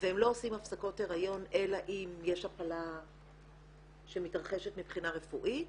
והם לא עושים הפסקות הריון אלא אם יש הפלה שמתרחשת מבחינה רפואית.